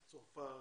צרפת,